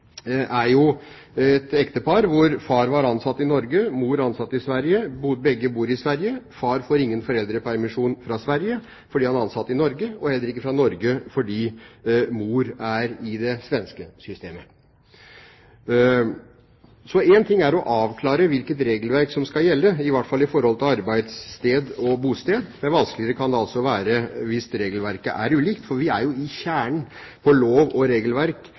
er et ektepar hvor far var ansatt i Norge, og mor var ansatt i Sverige, begge bor i Sverige, far får ingen foreldrepermisjon fra Sverige fordi han er ansatt i Norge – og heller ikke fra Norge fordi mor er i det svenske systemet. Én ting er å avklare hvilket regelverk som skal gjelde, i hvert fall i forhold til arbeidssted og bosted, men det kan være vanskeligere hvis regelverket er ulikt. Her er vi i selve kjernen i forhold til lov og regelverk,